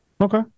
Okay